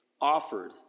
offered